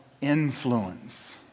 Influence